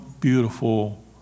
beautiful